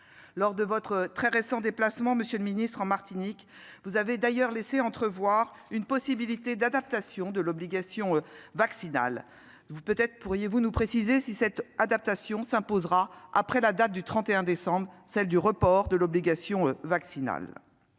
Lors de votre très récent déplacement en Martinique, monsieur le ministre, vous avez laissé entrevoir une possibilité d'adaptation de l'obligation vaccinale. Pouvez-vous nous préciser si cette adaptation s'imposera après la date du 31 décembre, qui est celle du report de l'obligation vaccinale ?